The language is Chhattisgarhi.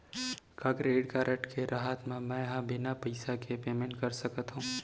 का क्रेडिट कारड के रहत म, मैं ह बिना पइसा के पेमेंट कर सकत हो?